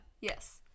yes